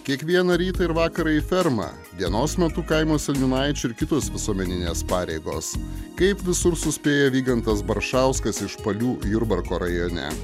kiekvieną rytą ir vakarą į fermą dienos metu kaimo seniūnaičių ir kitos visuomeninės pareigos kaip visur suspėja vygantas baršauskas iš palių jurbarko rajone